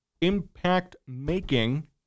impact-making